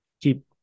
keep